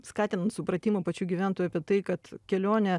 skatinant supratimą pačių gyventojų apie tai kad kelionė